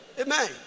Amen